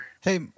Hey